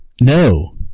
No